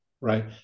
right